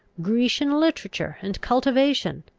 grecian literature and cultivation,